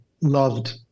loved